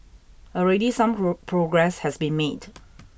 already some progress has been made